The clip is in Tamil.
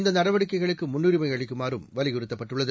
இந்தநடவடிக்கைகளுக்குமுன்னுரிமைஅளிக்குமாறுவலியுறுத்தப்பட்டுள்ளது